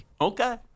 Okay